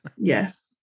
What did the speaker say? Yes